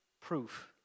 proof